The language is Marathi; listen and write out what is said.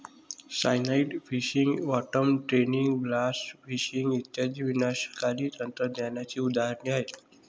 cyanide fishing, bottom trawling, blast fishing इत्यादी विनाशकारी तंत्रज्ञानाची उदाहरणे आहेत